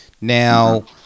Now